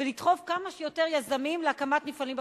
ולדחוף כמה שיותר יזמים להקמת מפעלים בפריפריה,